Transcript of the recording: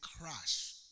crash